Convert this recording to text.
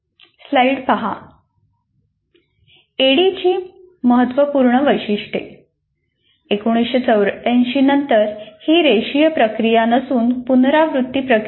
ADDIE ची महत्त्वपूर्ण वैशिष्ट्ये 1984 नंतर ही रेषीय प्रक्रिया नसून पुनरावर्ती प्रक्रिया आहे